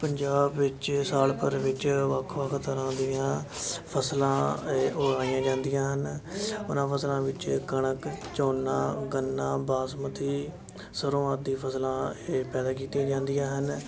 ਪੰਜਾਬ ਵਿੱਚ ਸਾਲ ਭਰ ਵਿੱਚ ਵੱਖ ਵੱਖ ਤਰ੍ਹਾਂ ਦੀਆਂ ਫਸਲਾਂ ਏ ਉਗਾਈਆਂ ਜਾਂਦੀਆਂ ਹਨ ਉਹਨਾਂ ਫਸਲਾਂ ਵਿੱਚ ਕਣਕ ਝੋਨਾ ਗੰਨਾ ਬਾਸਮਤੀ ਸਰ੍ਹੋਂ ਆਦਿ ਫਸਲਾਂ ਇਹ ਪੈਦਾ ਕੀਤੀਆਂ ਜਾਂਦੀਆਂ ਹਨ